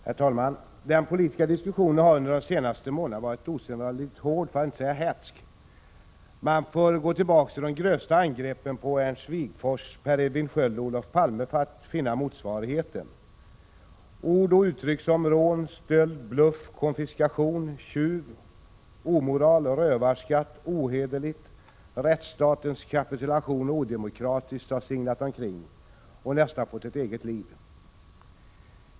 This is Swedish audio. Herr talman! Den politiska diskussionen har under de senaste månaderna varit osedvanligt hård, för att inte säga hätsk. Man får gå tillbaka till de grövsta angreppen på Ernst Wigforss, Per Edvin Sköld och Olof Palme för att finna motsvarigheter. Ord och uttryck som rån, stöld, bluff, konfiskation, tjuv, omoral, rövarskatt, ohederligt, rättsstatens kapitulation och odemokratiskt har singlat omkring och nästan fått ett eget liv.